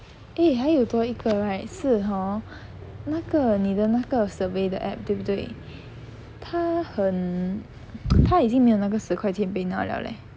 eh 还有多一个 right 是 hor 那个你的那个 survey 的 app 对不对它很 它已经没有那个十块钱 PayNow 了 leh